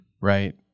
Right